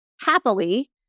happily